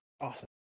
Awesome